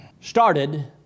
started